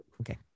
okay